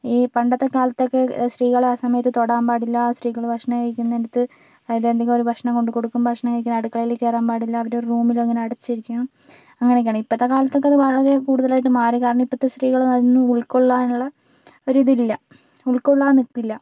ഈ പണ്ടത്തെ കാലത്തൊക്കെ സ്ത്രീകളെ ആ സമയത്ത് തൊടാൻ പാടില്ല സ്ത്രീകൾ ഭക്ഷണം കഴിക്കുന്നിടത്ത് അതായത് എന്തെങ്കിലുമൊരു ഭക്ഷണം കൊണ്ടുക്കൊടുക്കും ഭക്ഷണം കഴിക്കാൻ അടുക്കളയിൽ കയറാൻ പാടില്ല അവർ ഒരു റൂമിൽ ഇങ്ങനെ അടച്ചിരിക്കണം അങ്ങനെയൊക്കെയാണ് ഇപ്പോഴത്തെ കാലത്തൊക്കെ അത് വളരെ കൂടുതലായിട്ട് മാറി കാരണം ഇപ്പോഴത്തെ സ്ത്രീകൾ അതൊന്നും ഉൾക്കൊള്ളാനുള്ള ഒരു ഇതില്ല ഉൾക്കൊള്ളാൻ നിൽക്കില്ല